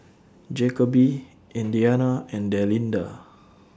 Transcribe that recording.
Jacoby Indiana and Delinda